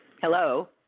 hello